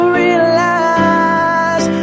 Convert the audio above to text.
realize